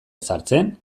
ezartzen